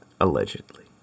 Allegedly